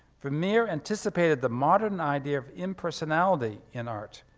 vermeer anticipated the modern idea of impersonality in art,